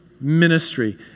ministry